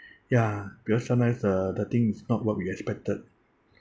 ya because sometimes uh the thing is not what we expected